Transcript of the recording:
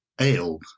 ale